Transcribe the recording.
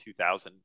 2000